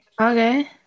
Okay